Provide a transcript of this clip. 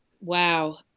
wow